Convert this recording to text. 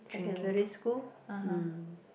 secondary school mm